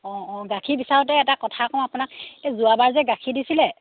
অঁ অঁ গাখীৰ বিচাৰওঁতে এটা কথা কওঁ আপোনাক এই যোৱাবাৰ যে গাখীৰ দিছিলে